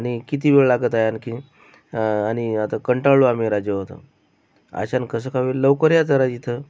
आणि किती वेळ लागत आहे आणखीन आणि आता कंटाळलो आम्ही राजेहो आता अशानं कसं काय होईल लवकर या जरा इथं